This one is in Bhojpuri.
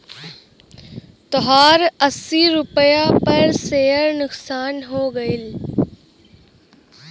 तोहार अस्सी रुपैया पर सेअर नुकसान हो गइल